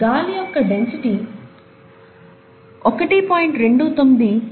గాలి యొక్క డెన్సిటీ 1